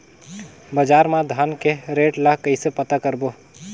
बजार मा धान के रेट ला कइसे पता करबो?